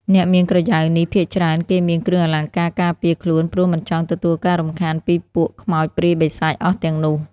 អ្នកមានក្រយ៉ៅនេះភាគច្រើនគេមានគ្រឿងអលង្ការការពារខ្លួនព្រោះមិនចង់ទទួលការរំខានពីពួកខ្មោចព្រាយបិសាចអស់ទាំងនោះ